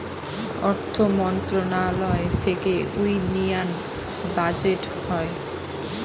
অর্থ মন্ত্রণালয় থেকে ইউনিয়ান বাজেট হয়